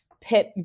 pit